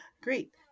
Great